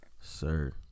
sir